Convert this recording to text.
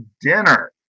dinner